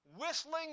whistling